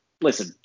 Listen